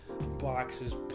boxes